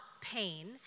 pain